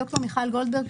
ד"ר מיכל גולדברג,